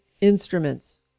instruments